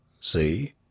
see